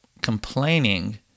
complaining